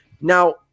now